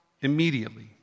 immediately